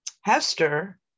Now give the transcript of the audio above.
Hester